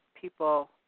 people